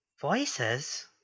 Voices